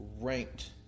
ranked